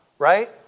Right